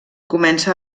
comença